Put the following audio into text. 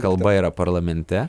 kalba yra parlamente